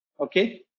Okay